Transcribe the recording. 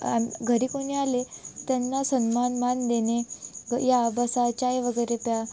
आम् घरी कोणी आले त्यांना सन्मान मान देणे या बसा चाय वगैरे प्या